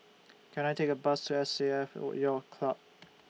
Can I Take A Bus to S A F Yacht Club